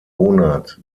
monat